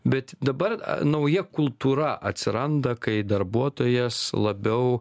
bet dabar nauja kultūra atsiranda kai darbuotojas labiau